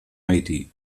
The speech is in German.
haiti